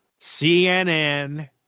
CNN